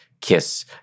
kiss